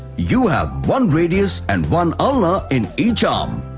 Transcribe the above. you have one radius and one ulna in each um